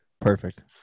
Perfect